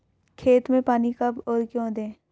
खेत में पानी कब और क्यों दें?